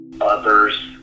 others